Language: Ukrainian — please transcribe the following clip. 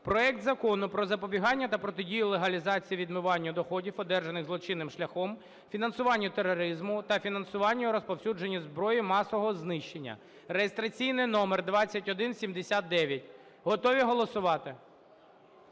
проект Закону про запобігання та протидії легалізації відмиванню доходів, одержаних злочинним шляхом, фінансуванню тероризму та фінансуванню розповсюдженню зброї масового знищення (реєстраційний номер 2179). Готові голосувати?